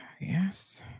Yes